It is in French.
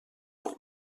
pour